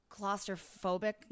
claustrophobic